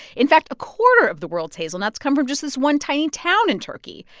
in fact, a quarter of the world's hazelnuts come from just this one tiny town in turkey.